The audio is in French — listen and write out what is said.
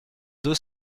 deux